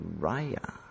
Uriah